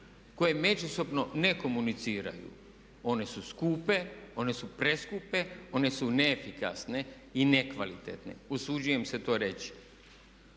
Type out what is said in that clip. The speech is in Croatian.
koje međusobno ne komuniciraju. One su skupe, one su preskupe, one su neefikasne i nekvalitetne usuđujem se to reći.